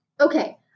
Okay